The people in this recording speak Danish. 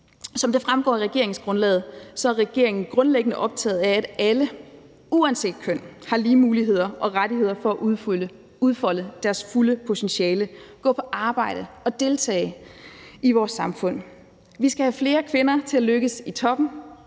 Som det fremgår af regeringsgrundlaget, er regeringen grundlæggende optaget af, at alle uanset køn har lige muligheder og rettigheder for at udfolde deres fulde potentiale, gå på arbejde og deltage i vores samfund. Vi skal have flere kvinder til at lykkes i toppen